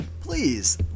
Please